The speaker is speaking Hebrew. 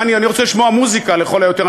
אני רוצה לשמוע מוזיקה לכל היותר,